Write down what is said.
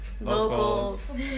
locals